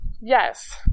Yes